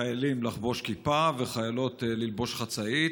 חיילים, לחבוש כיפה, וחיילות, ללבוש חצאית,